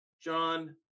John